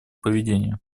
поведения